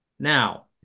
Now